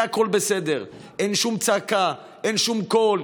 זה הכול בסדר, אין שום צעקה, אין שום קול,